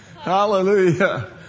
Hallelujah